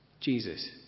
Jesus